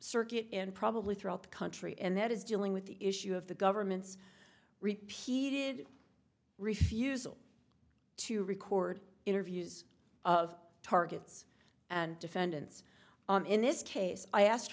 circuit and probably throughout the country and that is dealing with the issue of the government's repeated refusal to record interviews of targets and defendants on in this case i asked